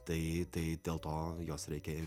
tai tai dėl to jos reikia